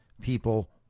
people